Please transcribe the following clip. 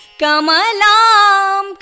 Kamalam